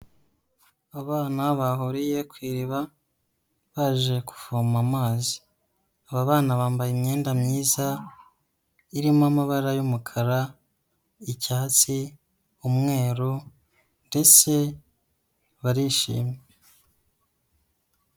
Abana bahuriye ku iriba baje kuvoma amazi, aba bana bambaye imyenda myiza irimo amabara y'umukara, icyatsi, umweru ndetse barishimye.